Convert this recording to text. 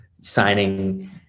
signing